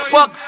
Fuck